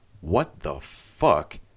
what-the-fuck